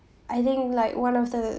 I think like one of the